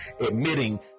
admitting